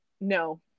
No